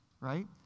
Right